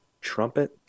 trumpet